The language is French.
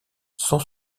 sans